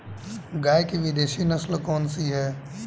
गाय की विदेशी नस्ल कौन सी है?